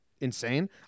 insane